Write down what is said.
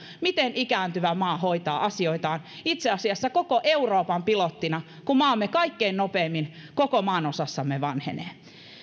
miten ikääntyvä maa hoitaa asioitaan itse asiassa koko euroopan pilottina kun maamme kaikkein nopeimmin koko maanosassamme vanhenee